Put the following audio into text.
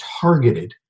targeted